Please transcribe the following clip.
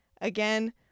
Again